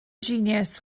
genius